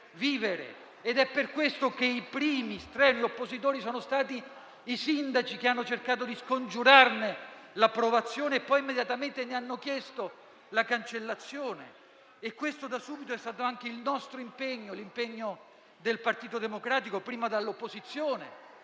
È per questo che i primi strenui oppositori sono stati i sindaci, che hanno cercato di scongiurarne l'approvazione, e poi immediatamente ne hanno chiesto la cancellazione. Questo da subito è stato anche il nostro impegno, l'impegno del Partito Democratico, prima dall'opposizione